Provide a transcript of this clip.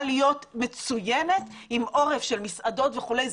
להיות מצוינת עם עורף של מסעדות וכולי.